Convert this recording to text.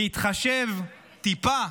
להתחשב טיפה,